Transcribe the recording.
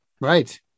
Right